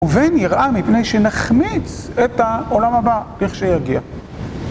ובין יראה מפני שנחמיץ את העולם הבא לכשיגיע.